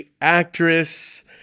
actress